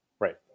Right